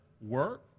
work